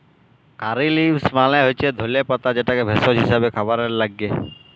কারী leaves মালে হচ্যে ধলে পাতা যেটা ভেষজ হিসেবে খাবারে লাগ্যে